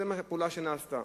זו פעולה שנעשתה.